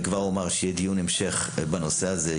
כבר אומר שיהיה דיון המשך בנושא הזה,